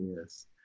Yes